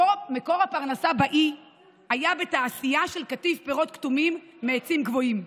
מקור הפרנסה באי היה בתעשייה של קטיף פירות כתומים מעצים גבוהים.